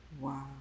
wow